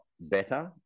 better